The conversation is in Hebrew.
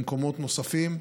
במקומות נוספים.